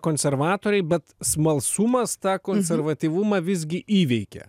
konservatoriai bet smalsumas tą konservatyvumą visgi įveikė